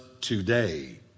today